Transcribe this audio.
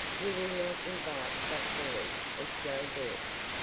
we will not invite such boys as joe birch.